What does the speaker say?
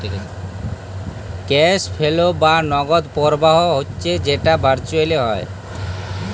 cash flow বা নগদ পরবাহ হচ্যে যেট ভারচুয়েলি হ্যয়